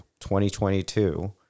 2022 –